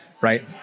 right